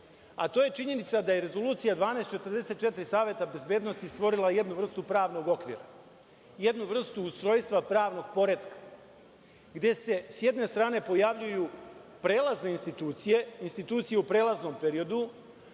a to je činjenica da je Rezolucija 1244 Saveta bezbednosti stvorila jednu vrstu pravnog okvira, jednu vrstu ustrojstva pravnog poretka, gde se s jedne strane pojavljuje prelazne institucije, institucije u prelaznom periodu,